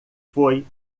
foi